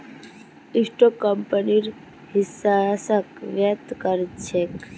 stock कंपनीर हिस्साक व्यक्त कर छेक